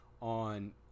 on